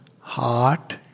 heart